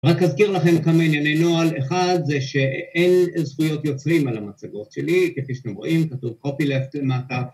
רק אזכיר לכם כמה ענייני נוהל, אחד זה שאין זכויות יוצרים על המצגות שלי, כפי שאתם רואים כתוב copy left map